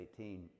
18